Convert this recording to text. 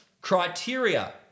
criteria